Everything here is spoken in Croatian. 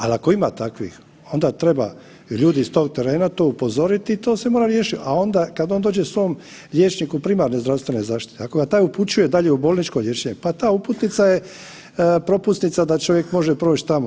Ali, ako ima takvih, onda treba, ljudi s tog terena to upozoriti i to se mora riješiti, a onda kad on dođe svom liječniku primarne zdravstvene zaštite, ako ga taj upućuje dalje u bolničko liječenje, pa ta uputnica je propusnica da čovjek može proći tamo.